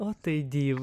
o tai dyvai